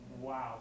Wow